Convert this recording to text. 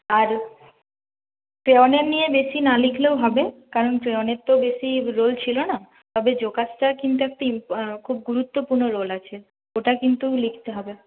আর ক্রেওণের নিয়ে বেশি না লিখলেও হবে কারন ক্রেওণের তো বেশি রোল ছিল না তবে জোকাস্টারের কিন্তু একটা খুব গুরুত্বপূর্ণ রোল আছে ওটা কিন্তু লিখতে হবে